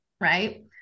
right